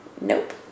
Nope